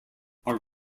are